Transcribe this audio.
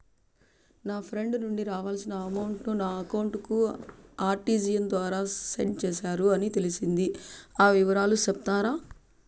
నా ఫ్రెండ్ నుండి రావాల్సిన అమౌంట్ ను నా అకౌంట్ కు ఆర్టిజియస్ ద్వారా సెండ్ చేశారు అని తెలిసింది, ఆ వివరాలు సెప్తారా?